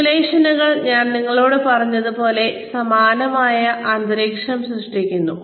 സിമുലേഷനുകൾ ഞാൻ നിങ്ങളോട് പറഞ്ഞതുപോലെ സമാനമായ അന്തരീക്ഷം സൃഷ്ടിക്കപ്പെടുന്നു